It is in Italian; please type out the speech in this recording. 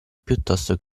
piuttosto